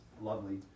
lovely